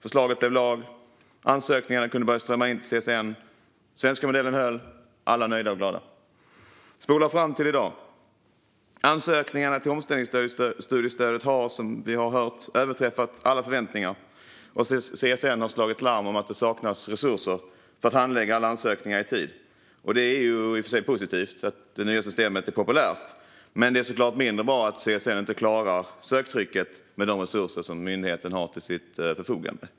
Förslaget blev lag, Ansökningarna kunde börja strömma in till CSN. Den svenska modellen höll. Alla var nöjda och glada. Vi spolar fram till i dag. Ansökningarna till omställningsstudiestödet har, som vi har hört, överträffat alla förväntningar. CSN har slagit larm om att det saknas resurser för att handlägga alla ansökningar i tid. Det är i och för sig positivt att det nya systemet är populärt. Men det är såklart mindre bra att CSN inte klarar av att hantera söktrycket med de resurser som myndigheten har till sitt förfogande.